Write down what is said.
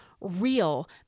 real